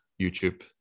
youtube